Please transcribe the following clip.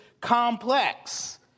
complex